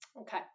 Okay